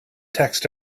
text